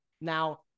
Now